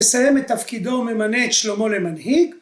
‫לסיים את תפקידו ‫וממנה את שלמה למנהיג.